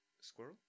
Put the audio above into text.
squirrel